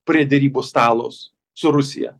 prie derybų stalo s su rusija